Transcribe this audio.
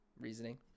reasoning